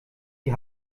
die